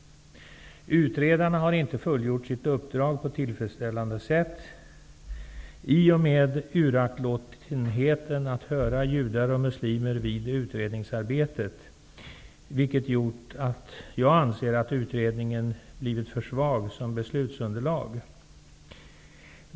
Utredarna har inte fullgjort sitt uppdrag på ett tillfredsställande sätt i och med uraktlåtenheten att höra judar och muslimer vid utredningsarbetet. Jag anser därför att utredningen har blivit för svag som beslutsunderlag.